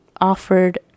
offered